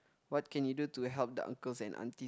what can you do to help the uncles and aunty